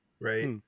Right